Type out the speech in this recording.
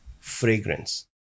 fragrance